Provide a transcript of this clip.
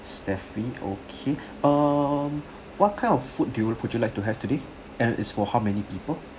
stephy okay um what kind of food do you would you like to have today and is for how many people